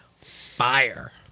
fire